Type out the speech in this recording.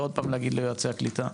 ועוד פעם להגיד ליועצי הקליטה.